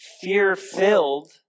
fear-filled